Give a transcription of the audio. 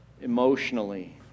emotionally